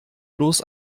bloß